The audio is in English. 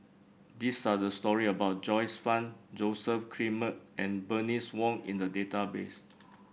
these are the story about Joyce Fan Joseph Grimberg and Bernice Wong in the database